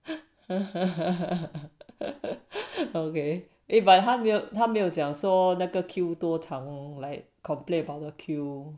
okay if but 了他没有讲 so 那个 queue 多长 like complain about the queue